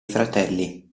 fratelli